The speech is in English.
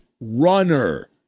runner